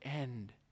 end